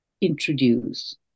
introduce